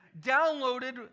downloaded